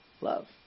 Love